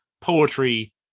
poetry